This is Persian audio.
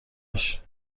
بشین